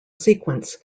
sequence